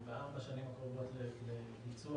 בארבע השנים הקרובות לביצוע,